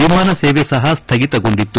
ವಿಮಾನ ಸೇವೆ ಸಹಾ ಸ್ನಗಿತಗೊಂಡಿತ್ತು